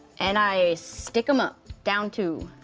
and i stick em up, down two.